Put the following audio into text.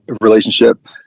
relationship